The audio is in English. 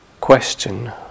question